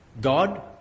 God